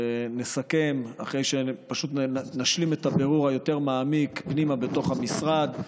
ונסכם אחרי שפשוט נשלים את הבירור היותר-מעמיק פנימה בתוך המשרד,